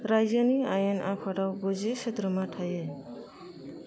रायजोनि आइन आफादाव गुजि सोद्रोमा थायो